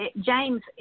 James